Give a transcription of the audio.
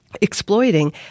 exploiting